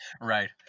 right